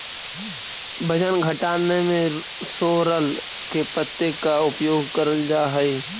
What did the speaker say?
वजन घटाने में सोरल के पत्ते का उपयोग करल जा हई?